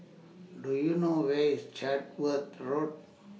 Do YOU know Where IS Chatsworth Road